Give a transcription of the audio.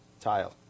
Tile